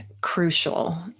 crucial